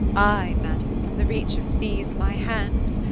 ay, madam, from the reach of these my hands.